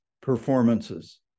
performances